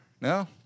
No